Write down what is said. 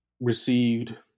received